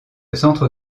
centre